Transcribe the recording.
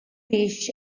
fish